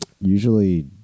usually